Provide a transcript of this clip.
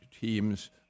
teams